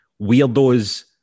weirdos